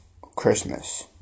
Christmas